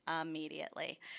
immediately